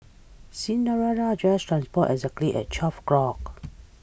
Cinderella's dress transported exactly at twelve o'clock